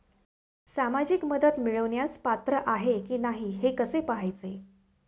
सामाजिक मदत मिळवण्यास पात्र आहे की नाही हे कसे पाहायचे?